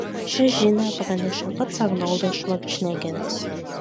šią žinią pranešė pats arnoldas švarcnegeris